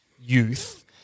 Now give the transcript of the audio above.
youth